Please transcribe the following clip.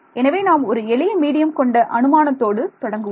எனவே நாம் ஒரு எளிய மீடியம் கொண்ட அனுமானத்தோடு தொடங்குவோம்